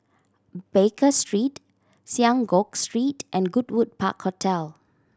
Baker Street Synagogue Street and Goodwood Park Hotel